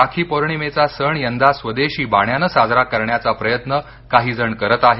राखी पौर्णिमेचा सण यंदा स्वदेशी बाण्यानं साजरा करण्याचा प्रयत्न काहीजण करत आहेत